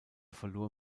verlor